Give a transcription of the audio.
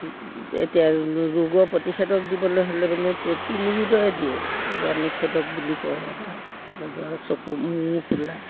এতিয়া ৰোগৰ প্ৰতিষেধক দিবলৈ হ'লে মানে তিনিবিধৰে দিয়ে ৰাণী খেদক বুলি কয় বা জ্বৰ চকু মূৰ ফুলা